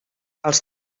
els